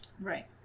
Right